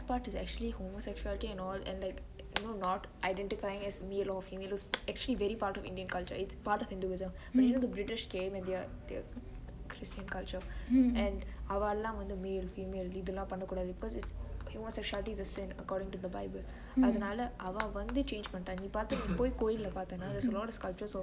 but the sad part is actually homosexuality and all not identifying as male or female is actually very part of indian culture it's part of hinduism you know the british came and their christian culture and அவாலா வந்து:avaala vanthu male female இதெல்லா பன்ன கூடாது:ithelaa panne kudathu because it was a sin according to the bible அதுனால அவா வந்து:athunaale avaa vanthu change பன்னிட்டா நீ பாத்து போய் கோயில்ல பாத்தனா:pannitaa nee paathu poi koyille paathenaa so all these cultures were